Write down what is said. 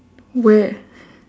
where